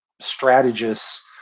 strategists